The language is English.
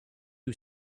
who